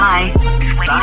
Bye